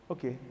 Okay